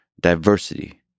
diversity